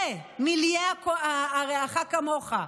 זה מיליה "רעך כמוך".